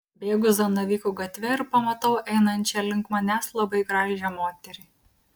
bėgu zanavykų gatve ir pamatau einančią link manęs labai gražią moterį